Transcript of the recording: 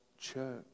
church